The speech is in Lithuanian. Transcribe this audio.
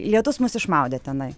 lietus mus išmaudė tenai